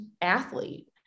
athlete